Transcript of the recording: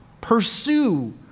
Pursue